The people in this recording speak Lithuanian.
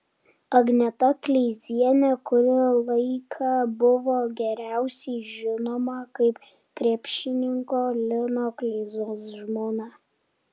agneta kleizienė kurį laiką buvo geriausiai žinoma kaip krepšininko lino kleizos žmona